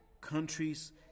countries